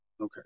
okay